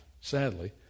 Sadly